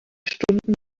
stunden